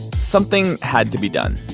something had to be done.